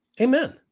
Amen